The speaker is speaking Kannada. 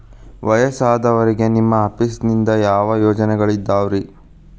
ವಯಸ್ಸಾದವರಿಗೆ ನಿಮ್ಮ ಆಫೇಸ್ ನಿಂದ ಯಾವ ಯೋಜನೆಗಳಿದಾವ್ರಿ?